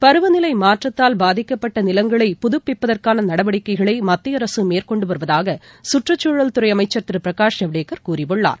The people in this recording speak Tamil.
பருவநிலைமாற்றத்தால் பாதிக்கப்பட்டநிலங்களை புதப்பிப்பதற்கானநடவடிக்கைகளைமத்தியஅரசுமேற்கொண்டுவருவதாகசுற்றுச்சூழல்துறைஅமைச்சர் திருபிரகாஷ் ஐவ்டேக்கர் கூறியுள்ளார்